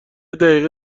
دقیقه